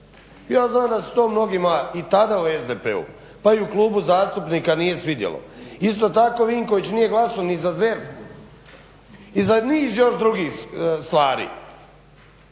Ja znam da se to mnogima i tada u SDP-u pa i u klubu zastupnika nije svidjelo. Isto tako Vinković nije glasao ni za ZERP i za niz još drugih stvari,